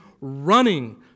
running